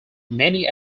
many